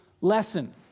lesson